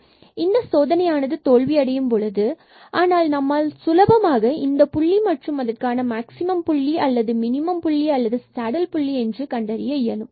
எனவே இந்த சோதனையானது தோல்வி அடையும் பொழுது நம்மால் சுலபமாக இந்த புள்ளி மற்றும் அதற்கான மாக்சிமம் புள்ளி அல்லது மினிமம் அல்லது சேடில் புள்ளி என்று கண்டறிய இயலும்